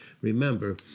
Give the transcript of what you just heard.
Remember